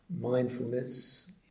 mindfulness